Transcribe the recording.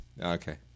Okay